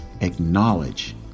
acknowledge